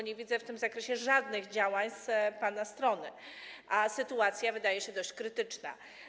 Nie widzę w tym zakresie żadnych działań z pana strony, a sytuacja wydaje się dość krytyczna.